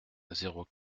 zéro